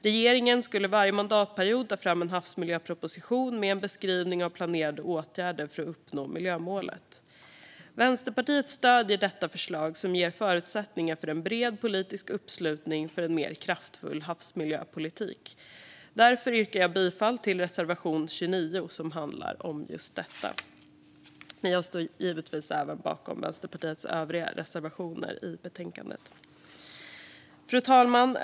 Regeringen skulle varje mandatperiod ta fram en havsmiljöproposition med en beskrivning av planerade åtgärder för att uppnå miljömålet. Vänsterpartiet stöder detta förslag, som ger förutsättningar för en bred politisk uppslutning för en mer kraftfull havsmiljöpolitik. Därför yrkar jag bifall till reservation 29, som handlar om just detta. Men jag står givetvis även bakom Vänsterpartiets övriga reservationer i betänkandet. Fru talman!